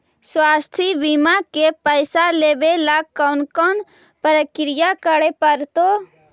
स्वास्थी बिमा के पैसा लेबे ल कोन कोन परकिया करे पड़तै?